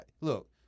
look